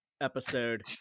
episode